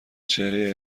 چهره